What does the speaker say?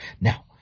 Now